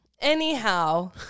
Anyhow